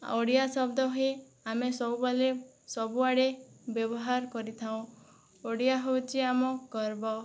ଆଉ ଓଡ଼ିଆ ଶବ୍ଦ ହିଁ ଆମେ ସବୁବେଲେ ସବୁଆଡ଼େ ବ୍ୟବହାର କରିଥାଉ ଓଡ଼ିଆ ହେଉଛି ଆମ ଗର୍ବ